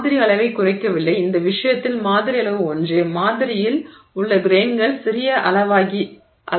மாதிரி அளவைக் குறைக்கவில்லை இந்த விஷயத்தில் மாதிரி அளவு ஒன்றே மாதிரியில் உள்ள கிரெய்ன்கள் சிறிய அளவாகிவிட்டன